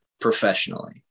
professionally